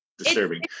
Disturbing